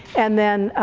and then